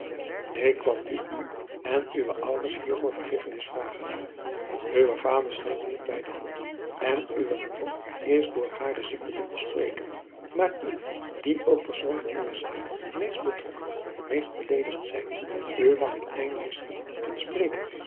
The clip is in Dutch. ik kwam nu u en uwe ouders hiervoor vergiffenis vragen uwe vader schijnt niet bij de hand en uwe moeder is door hare ziekte niet te spreken maar u die ook persoonlijk in deze zaak meest betrokken meest beleedigd zijt u mag ik eindelijk zien en spreken